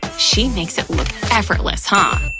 she makes it look effortless, huh!